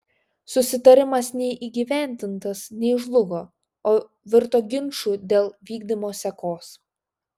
susitarimas nei įgyvendintas nei žlugo o virto ginču dėl vykdymo sekos